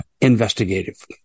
investigative